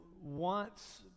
wants